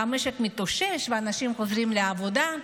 המשק מתאושש והאנשים חוזרים לעבודה.